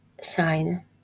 sign